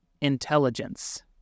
intelligence